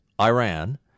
Iran